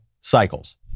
cycles